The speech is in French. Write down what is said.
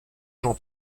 jean